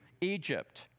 Egypt